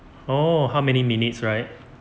oh how many minutes right